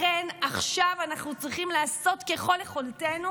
לכן, עכשיו אנחנו צריכים לעשות ככל יכולתנו